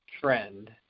trend